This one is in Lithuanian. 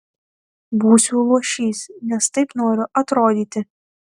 būsiu luošys nes taip noriu atrodyti